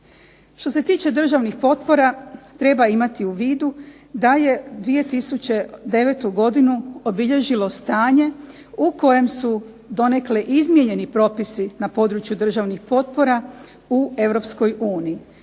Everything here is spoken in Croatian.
Što se tiče državnih potpora treba imati u vidu da je 2009. godinu obilježilo stanje u kojem su donekle izmijenjeni propisi na području državnih potpora u EU.